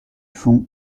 fond